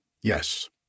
Yes